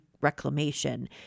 reclamation